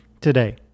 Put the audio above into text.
today